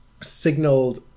signaled